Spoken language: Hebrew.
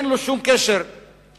אין לו שום קשר לסיפוק